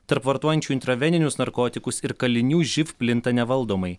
tarp vartojančių intraveninius narkotikus ir kalinių živ plinta nevaldomai